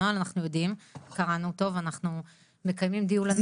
הנוהל אנחנו יודעים כי אנחנו קראנו אותו ואנחנו מקיימים דיון.